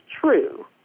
true